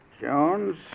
Jones